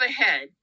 ahead